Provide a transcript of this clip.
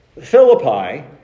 Philippi